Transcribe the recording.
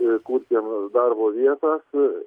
kurt jiems darbo vietas